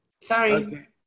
Sorry